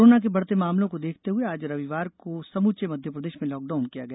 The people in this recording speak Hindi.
कोरोना के बढ़ते मामलों को देखते हुए आज रविवार को समूचे मध्यप्रदेश में लॉकडाउन किया गया